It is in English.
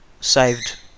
saved